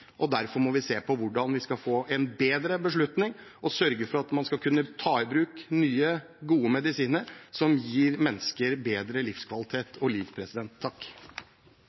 Derfor må vi se på hvordan vi skal få en bedre beslutning, og sørge for at man skal kunne ta i bruk nye, gode medisiner som gir mennesker bedre livskvalitet og liv.